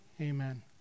Amen